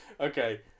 Okay